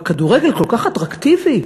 והכדורגל כל כך אטרקטיבי,